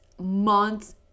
months